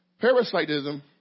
Parasitism